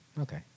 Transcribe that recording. Okay